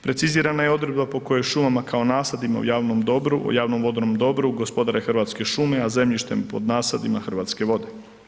Precizirana je odredba po kojoj šumama kao nasadima u javnom dobru, u javnom vodenom dobru, gospodare Hrvatske šume, a zemljištem pod nasadima Hrvatske vode.